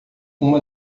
uma